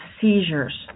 seizures